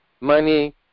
Money